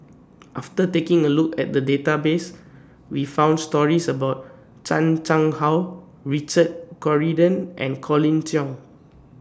after taking A Look At The Database We found stories about Chan Chang How Richard Corridon and Colin Cheong